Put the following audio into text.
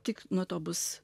tik nuo to bus